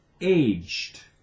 aged